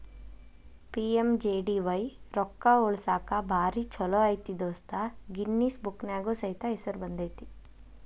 PMJDY ರೊಕ್ಕಾ ಉಳಸಾಕ ಭಾರಿ ಛೋಲೋ ಐತಿ ದೋಸ್ತ ಗಿನ್ನಿಸ್ ಬುಕ್ನ್ಯಾಗ ಸೈತ ಹೆಸರು ಬಂದೈತಿ